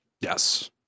yes